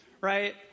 right